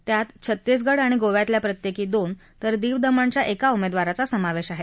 त्यात छत्तीसगड आणि गोव्यातल्या प्रत्येकी दोन तर दीव दमणच्या एका उमेदवाराचा समावेश आहे